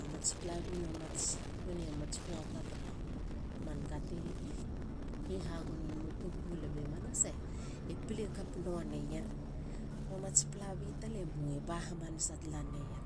amats palabina nonei amats huata tara man ka ti hi- hagono nemu tubu mulam i manasa e pile kap nua neyer. kaba mats palabi tale mue. eba hamanasa neier.